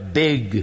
big